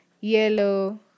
yellow